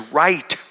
right